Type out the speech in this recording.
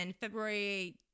February